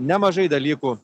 nemažai dalykų